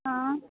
हँ